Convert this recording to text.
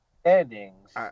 standings